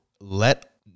let